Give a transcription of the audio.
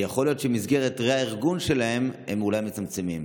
ויכול להיות שבמסגרת הרה-ארגון שלהם הם אולי מצמצמים.